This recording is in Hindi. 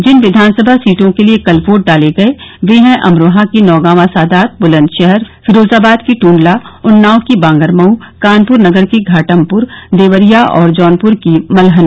जिन क्विानसभा सीटों के लिये कल वोट डाले गये वे है अमरोहा की नौगांवा सादात बुलन्दशहर फिरोजाबाद की टूंडला उन्नाव की बांगरमऊ कानपुर नगर की घाटमपुर देवरिया और जौनपुर की मल्हनी